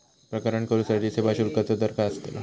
प्रकरण करूसाठी सेवा शुल्काचो दर काय अस्तलो?